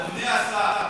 אדוני השר,